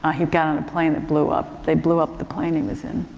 ah he got on a plane that blew up. they blew up the plane he was in.